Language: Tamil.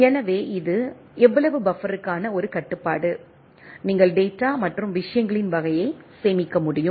எனவே இது எவ்வளவு பஃபருக்கான ஒரு கட்டுப்பாடு நீங்கள் டேட்டா மற்றும் விஷயங்களின் வகையை சேமிக்க முடியும்